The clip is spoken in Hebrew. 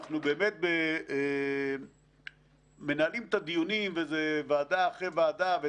אנחנו באמת מנהלים את הדיונים וזה ועדה אחרי ועדה,